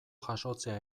jasotzea